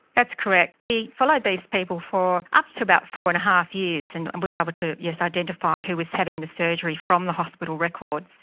that's correct. we followed these people for up to about four and a half years, and um we were able to, yes, identify who was having the surgery from the hospital records.